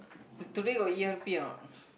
today got E_R_P or not